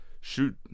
shoot